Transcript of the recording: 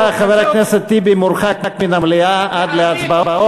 (קורע את הצעת החוק) חבר הכנסת טיבי מורחק מן המליאה עד להצבעות.